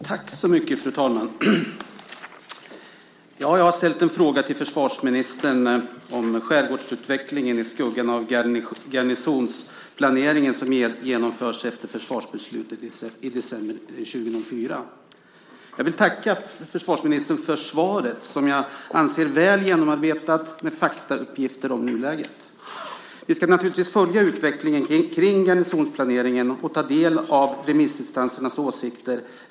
Fru talman! Jag har ställt en fråga till försvarsministern om skärgårdsutvecklingen i skuggan av garnisonsplaneringen som genomförs efter försvarsbeslutet i december 2004. Jag vill tacka försvarsministern för svaret som jag anser väl genomarbetat med faktauppgifter om nuläget. Vi ska naturligtvis följa utvecklingen kring garnisonsplaneringen och ta del av remissinstansernas åsikter.